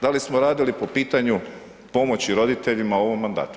Da li smo radili po pitanju pomoći roditeljima u ovom mandatu?